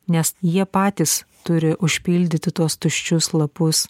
nes jie patys turi užpildyti tuos tuščius lapus